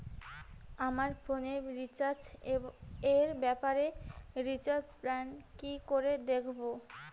আমার ফোনে রিচার্জ এর ব্যাপারে রিচার্জ প্ল্যান কি করে দেখবো?